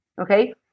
Okay